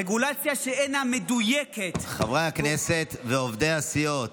רגולציה שאינה מדויקת, חברי הכנסת ועובדי הסיעות,